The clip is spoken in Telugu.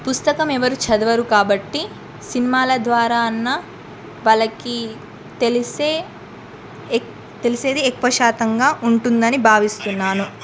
పుస్తకం ఎవరు చదవరు కాబట్టి సినిమాల ద్వారా అన్న వాళ్ళకి తెలిసే ఎక్ తెలిసేది శాతంగా ఉంటుందని భావిస్తున్నాను